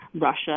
Russia